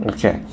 Okay